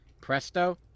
Presto